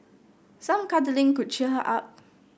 some cuddling could cheer her up